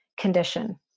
condition